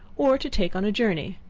or to take on a journey.